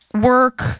work